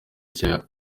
gihagaze